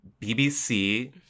BBC